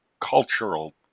cultural